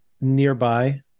nearby